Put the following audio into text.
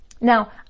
Now